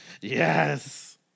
Yes